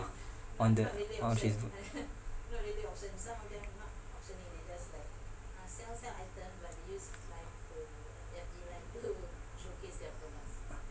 on the on Facebook